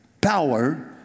power